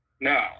No